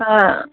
ஆ